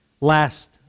last